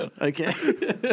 Okay